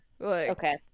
Okay